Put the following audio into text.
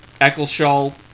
Eccleshall